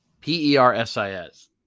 P-E-R-S-I-S